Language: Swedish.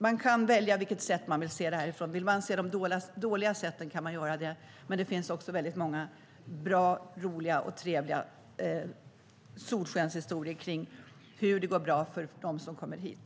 Man kan välja på vilket sätt man vill se det här. Vill man se de dåliga sätten kan man göra det. Men det finns också många bra, roliga och trevliga solskenshistorier om hur det går bra för dem som kommer hit.